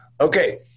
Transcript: Okay